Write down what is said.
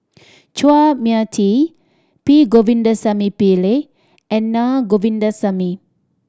Chua Mia Tee P Govindasamy Pillai and Naa Govindasamy